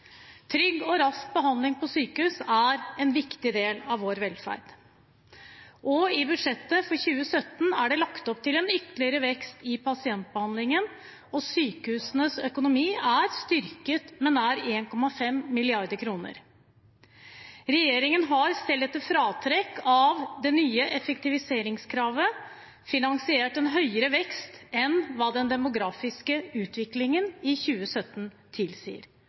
Trygg og rask behandling på sykehus er en viktig del av vår velferd. I budsjettet for 2017 er det lagt opp til en ytterligere vekst i pasientbehandlingen, og sykehusenes økonomi er styrket med nær 1,5 mrd. kr. Regjeringen har selv etter fratrekk av det nye effektiviseringskravet finansiert en høyere vekst enn hva den demografiske utviklingen i 2017 tilsier